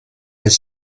les